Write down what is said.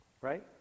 Right